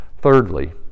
thirdly